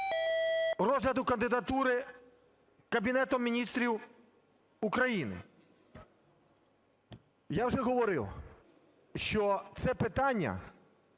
розгляду кандидатури Кабінетом Міністрів України. Я вже говорив, що це питання